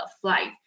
flight